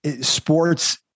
sports